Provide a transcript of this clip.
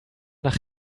nach